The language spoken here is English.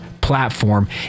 platform